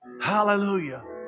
Hallelujah